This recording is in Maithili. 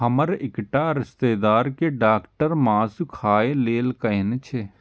हमर एकटा रिश्तेदार कें डॉक्टर मासु खाय लेल कहने छै